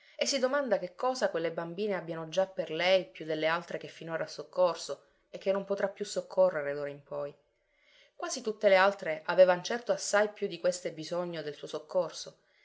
e si domanda che cosa quelle bambine abbiano già per lei più delle altre che finora ha soccorso e che non potrà più soccorrere d'ora in poi quasi tutte le altre avevan certo assai più di queste bisogno del suo soccorso